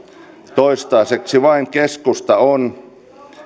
toistaiseksi vain keskusta on